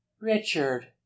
Richard